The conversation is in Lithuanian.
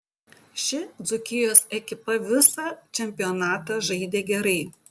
ši dzūkijos ekipa visą čempionatą žaidė gerai